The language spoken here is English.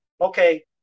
okay